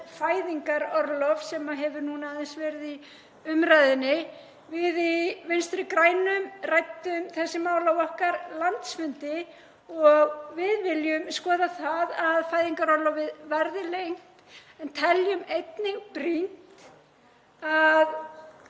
fæðingarorlof, sem hefur aðeins verið í umræðunni. Við í Vinstri grænum ræddum þessi mál á okkar landsfundi og við viljum skoða það að fæðingarorlofið verði lengt en teljum einnig brýnt að